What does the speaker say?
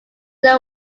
they